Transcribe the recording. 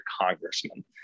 congressman